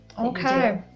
Okay